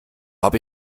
habe